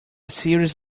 series